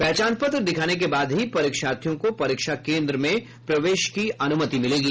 पहचान पत्र दिखाने के बाद ही परीक्षार्थियों को परीक्षा केन्द्र में प्रवेश की अनुमति मिलेगी